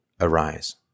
arise